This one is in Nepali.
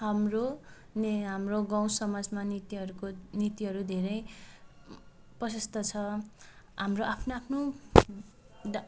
हाम्रो ने हाम्रो गाउँसमाजमा नृत्यहरूको नृत्यहरू धेरै प्रसस्त छ हाम्रो आफ्नो आफ्नो डा